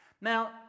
Now